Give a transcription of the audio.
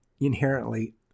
inherently